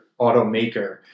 automaker